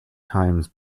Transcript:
times